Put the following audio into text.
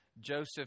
Joseph